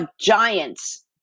giants